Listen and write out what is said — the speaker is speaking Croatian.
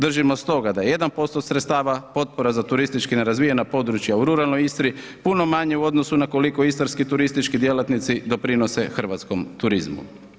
Držimo stoga da 1% sredstava potpore za turistički nerazvijena područja u ruralnoj Istri je puno manji u odnosu na koliko istarski turistički djelatnici doprinose hrvatskom turizmu.